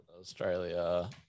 Australia